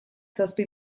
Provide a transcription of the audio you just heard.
zazpi